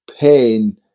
pain